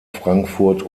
frankfurt